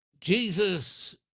Jesus